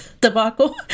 debacle